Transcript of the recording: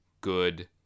good